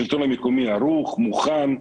השלטון המקומי ערוך, מוכן,